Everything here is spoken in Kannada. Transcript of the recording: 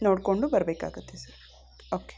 ನೋಡಿಕೊಂಡು ಬರಬೇಕಾಗುತ್ತೆ ಸರ್ ಓಕೆ